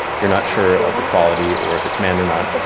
you're not sure of the quality or if it's manned or not,